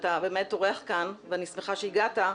שאתה באמת אורח כאן ואני שמחה שהגעת,